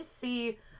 see